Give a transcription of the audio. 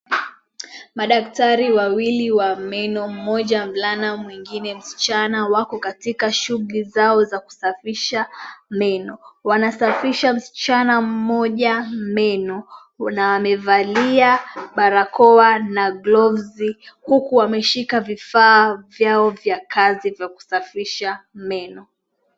Madaktari wawili wa meno, mmoja mvulana mwingine msichana wako katika shughuli zao za kusafisha meno. Wanasafisha msichana mmoja meno na amevalia barakoa na glovzi huku ameshika vifaa vyao vya kazi za kusafisha meno.